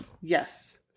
Yes